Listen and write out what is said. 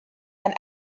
and